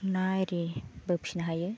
ना एरिबो फिनो हायो